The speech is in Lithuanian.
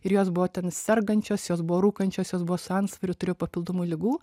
ir jos buvo ten sergančios jos buvo rūkančios jos buvo su antsvoriu turėjo papildomų ligų